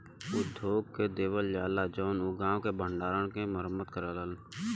उद्योग के देवल जाला जउन गांव के भण्डारा के मरम्मत करलन